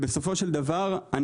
בסופו של דבר,